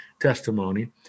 testimony